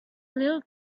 little